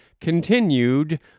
Continued